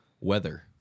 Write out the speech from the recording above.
weather